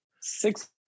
six